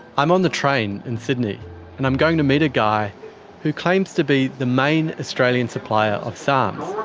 i'm on the train in sydney and i'm going to meet a guy who claims to be the main australian supplier of sarms.